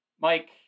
mike